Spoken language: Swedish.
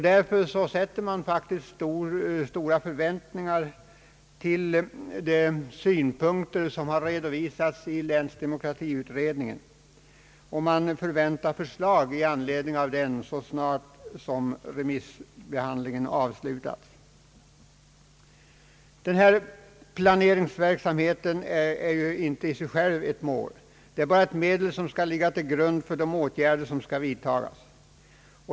Därför fäster man stora förhoppningar vid de synpunkter som har redovisats i länsdemokratiutredningen, och man förväntar förslag i anledning av den så snart som remissbehandlingen avslutats. Planeringsverksamheten är ju inte i sig själv ett mål utan bara ett medel vid utformningen av de åtgärder som skall vidtagas.